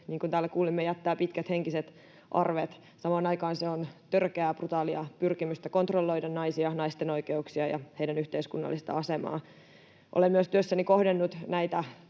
niin kuin täällä kuulimme — ja jättää pitkät henkiset arvet. Samaan aikaan se on törkeää, brutaalia pyrkimystä kontrolloida naisia, naisten oikeuksia ja heidän yhteiskunnallista asemaansa. Olen myös työssäni kohdannut näitä